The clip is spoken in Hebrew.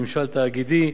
ממשל תאגידי,